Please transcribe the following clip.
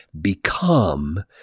become